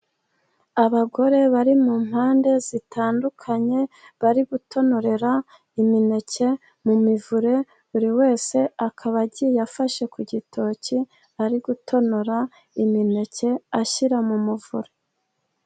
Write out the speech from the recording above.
Abagore bari mu mpande zitandukanye bari gutonorera imineke mu mivure, buri wese akaba agiye afashe ku gitoki, ari gutonora imineke ashyira mu muvure.